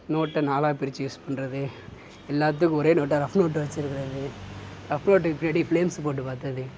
நோட்டை நாலாக பிரிச்சு யூஸ் பண்ணுறது எல்லாத்துக்கும் ஒரே நோட்டாக ரஃப் நோட்டு வச்சிருக்கிறது ரஃப் நோட்டுக்கு பின்னாடி ஃபிளேம்ஸ் போட்டு பார்த்தது